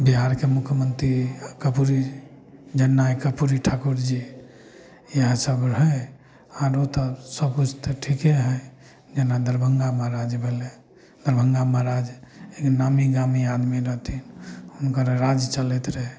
बिहारके मुख्यमन्त्री कर्पूरी जननायक कर्पूरी ठाकुर जी इएह सब रहय आरो तऽ सब किछु तऽ ठीके हइ जेना दरभंगा महाराज भेलय दरभंगा महाराज एक नामी गामी आदमी रहथिन हुनकर राज्य चलैत रहय